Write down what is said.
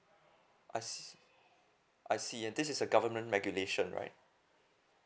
I se~ I see and this is a government regulation right